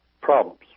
problems